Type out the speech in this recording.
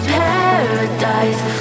paradise